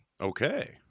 okay